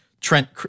Trent